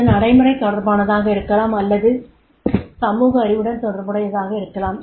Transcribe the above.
அது நடைமுறை தொடர்பானதாக இருக்கலாம் அல்லது அது சமூக அறிவுடன் தொடர்புடையதாக இருக்கலாம்